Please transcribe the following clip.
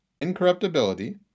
incorruptibility